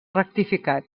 rectificat